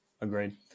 Agreed